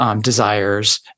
desires